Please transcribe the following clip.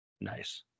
nice